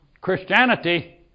Christianity